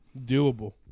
Doable